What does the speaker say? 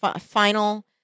Final